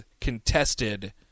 contested